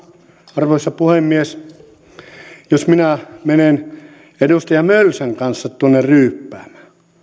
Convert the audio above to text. arvoisa puhemies kuin jos minä menen edustaja mölsän kanssa tuonne ryyppäämään